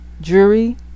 jury